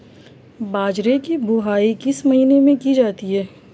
बाजरे की बुवाई किस महीने में की जाती है?